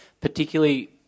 particularly